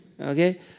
Okay